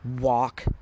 walk